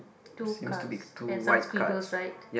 two cards and some scribbles right